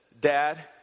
Dad